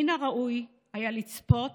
מן הראוי היה לצפות